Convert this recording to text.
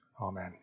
Amen